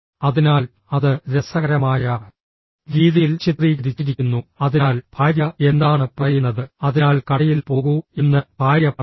അതിനാൽ അത് രസകരമായ രീതിയിൽ ചിത്രീകരിച്ചിരിക്കുന്നു അതിനാൽ ഭാര്യ എന്താണ് പറയുന്നത് അതിനാൽ കടയിൽ പോകൂ എന്ന് ഭാര്യ പറയുന്നു